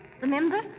Remember